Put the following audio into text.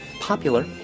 popular